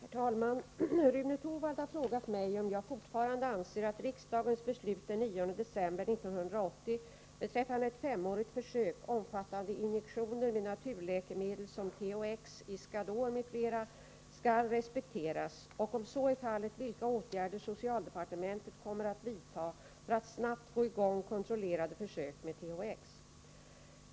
Herr talman! Rune Torwald har frågat mig om jag fortfarande anser att riksdagens beslut den 9 december 1980 beträffande ett femårigt försök omfattande injektioner med naturläkemedel som THX, Iscador m.fl. skall respekteras och, om så är fallet, vilka åtgärder socialdepartementet kommer att vidta för att snabbt få i gång kontrollerade försök med THX.